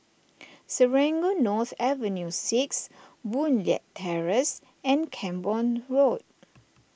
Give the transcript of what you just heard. Serangoon North Avenue six Boon Leat Terrace and Camborne Road